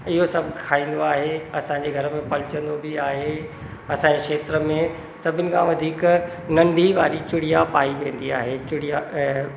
इहो सभु खाईंदो आहे असांजे घर में पलजंदो बि आहे असांजे क्षेत्र में सभिनि खां वधीक नंढी वारी चिड़िया पाई वेंदी आहे चिड़िया ऐं